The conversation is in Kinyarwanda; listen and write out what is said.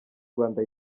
rwanda